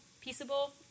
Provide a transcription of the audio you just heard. peaceable